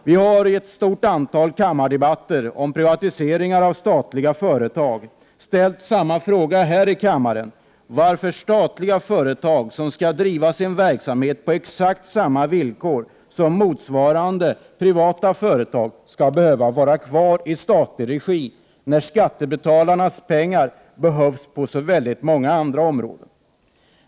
Vi har i ett stort antal kammardebatter om privatisering av statliga företag ställt den fråga som man har ställt i andra länder: Varför skall statliga företag, som skall driva sin verksamhet på exakt samma villkor som motsvarande privata företag, behöva vara kvar i statlig regi när skattebetalarnas pengar behövs på så oerhört många andra områden?